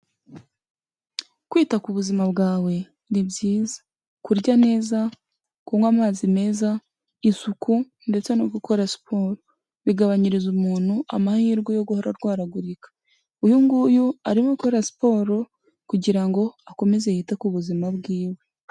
Kwita ku buzima bwawe ni byiza, kurya neza, kunywa amazi meza, isuku ndetse no gukora siporo, bigabanyiriza umuntu amahirwe yo guhora arwaragurika, uyunguyu arimo gukora siporo kugira ngo akomeze yite ku buzima bwiwe.